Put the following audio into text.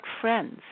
friends